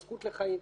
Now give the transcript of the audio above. הזכות לחיים.